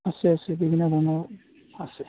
আছে আছে বিভিন্ন ধৰণৰ আছে